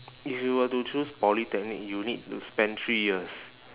if you were to choose polytechnic you need to spend three years